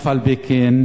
אף-על-פי-כן